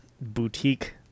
boutique